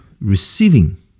receiving